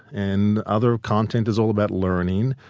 and other content is all about learning.